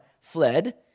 fled